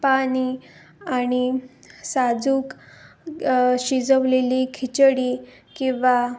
पाणी आणि साजूक शिजवलेली खिचडी किंवा